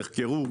נחקרו?